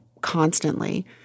constantly